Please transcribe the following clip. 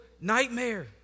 nightmare